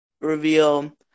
reveal